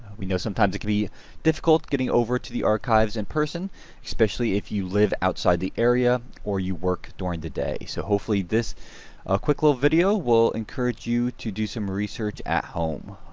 we know sometimes it can be difficult getting over to the archives in person especially if you live outside the area or you work during the so hopefully this ah quick little video will encourage you to do some research at home.